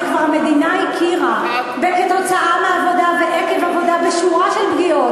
הרי המדינה כבר הכירה ב"כתוצאה מעבודה" ו"עקב עבודה" בשורה של פגיעות.